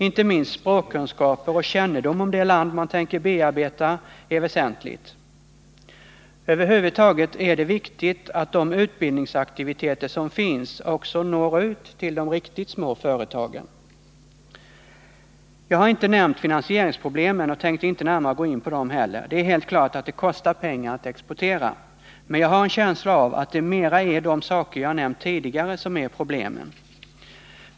Inte minst språkkunskaper och kännedom om det land man tänker bearbeta är väsentligt. Över huvud taget är det viktigt att de utbildningsaktiviteter som finns också når ut till de riktigt små företagen. Jag har inte nämnt finansieringsproblemen och tänkte inte närmare gå in på dem heller. Det är helt klart att det kostar pengar att exportera. Men jag har en känsla av att det mera är de saker jag nämnt tidigare som är problemen.